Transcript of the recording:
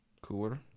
cooler